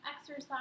exercise